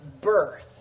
birth